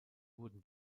wurden